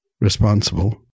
responsible